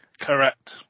Correct